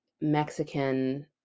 Mexican